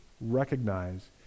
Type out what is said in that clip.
recognize